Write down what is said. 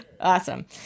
Awesome